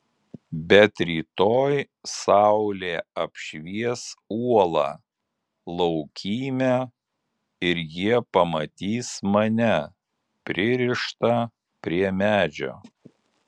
bet rytoj saulė apšvies uolą laukymę ir jie pamatys mane pririštą prie medžio